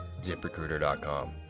ZipRecruiter.com